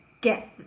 get